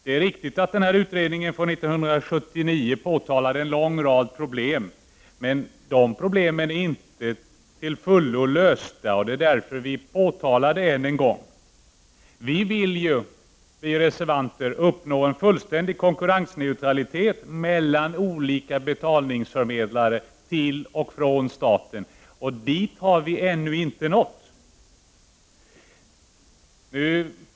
Det är riktigt att utredningen från 1979 påtalade en lång rad problem, men de problemen är inte till fullo lösta. Det är därför vi påtalar dem än en gång. Vi reservanter vill uppnå en fullständig konkurrensneutralitet mellan olika betalningsförmedlare till och från staten, och dit har vi ännu inte nått.